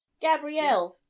Gabrielle